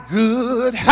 good